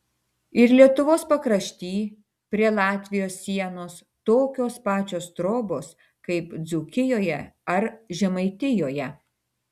ir lietuvos pakrašty prie latvijos sienos tokios pačios trobos kaip dzūkijoje ar žemaitijoje